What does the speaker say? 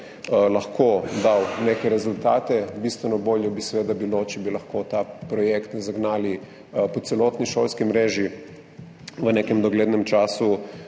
lahko dal neke rezultate. Bistveno bolje bi seveda bilo, če bi lahko ta projekt zagnali po celotni šolski mreži v nekem doglednem času